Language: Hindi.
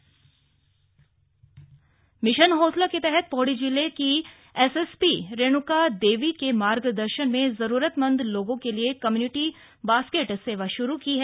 मिशन हौसला मिशन हौसला के तहत पौड़ी जिले की एसएसपी पी रेणुका देवी के मार्गदर्शन में जरूरतमंद लोगों के लिए कम्युनिटी बास्केट सेवा शुरू की गयी है